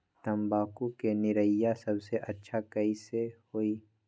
तम्बाकू के निरैया सबसे अच्छा कई से होई?